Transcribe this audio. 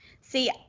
See